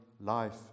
life